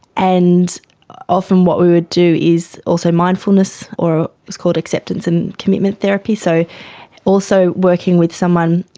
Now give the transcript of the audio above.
and often what we would do is also mindfulness or what's called acceptance and commitment therapy, so also working with someone,